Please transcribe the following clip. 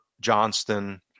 Johnston